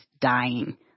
dying